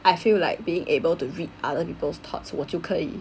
I feel like being able to read other people's thoughts 我就可以